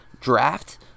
draft